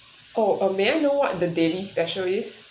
oh uh may I know what the daily special is